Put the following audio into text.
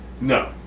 No